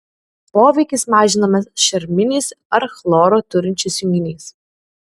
poveikis mažinamas šarminiais ar chloro turinčiais junginiais